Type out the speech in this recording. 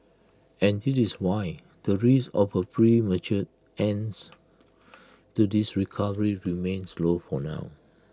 and this is why the risk of A premature ends to this recovery remains low for now